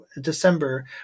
December